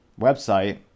website